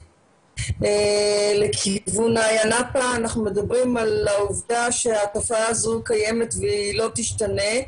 אנחנו מדברים על העובדה שהתופעה הזו קיימת והיא לא תשתנה.